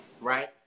right